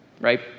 Right